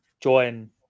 join